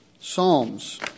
Psalms